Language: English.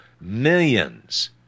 millions